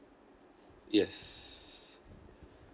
yes